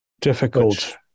difficult